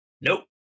Nope